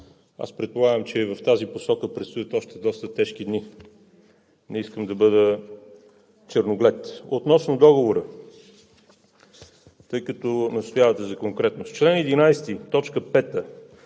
Аз предполагам, че и в тази посока предстоят още доста тежки дни. Не искам да бъда черноглед. Относно Договора, тъй като настоявате за конкретност, чл. 11,